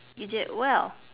you did well